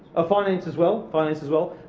ah finance as well. finance as well.